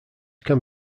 can